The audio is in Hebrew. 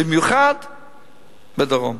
במיוחד בדרום.